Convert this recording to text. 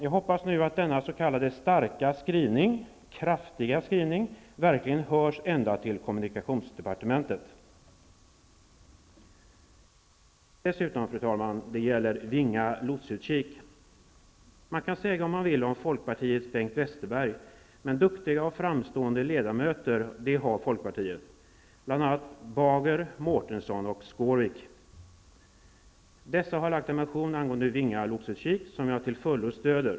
Jag hoppas nu att denna s.k. starka skrivning, kraftiga skrivning verkligen hörs ända till kommunikationsdepartementet. Dessutom, fru talman, några ord om Vinga lotsutkik. Man kan säga vad man vill om Bengt Westerberg, men duktiga och framstående ledamöter har folkpartiet, bl.a. Bager, Mårtensson och Skårvik. Dessa har väckt en motion angående Vinga lotsutkik som jag till fullo stöder.